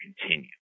continue